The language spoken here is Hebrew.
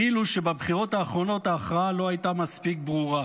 כאילו שבבחירות האחרונות ההכרעה לא הייתה מספיק ברורה.